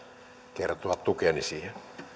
kertoa tukeni siihen